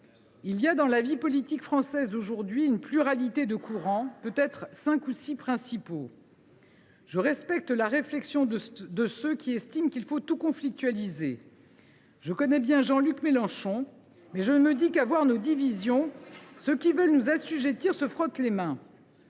Il y a, dans la vie politique française aujourd’hui, une pluralité de courants, peut être cinq ou six principaux. Je respecte la réflexion de ceux qui estiment qu’il faut “tout conflictualiser”. Je connais bien Jean Luc Mélenchon, mais je me dis que, en voyant nos divisions, ceux qui veulent nous assujettir se frottent les mains.